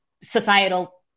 societal